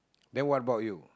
then what about you